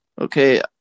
Okay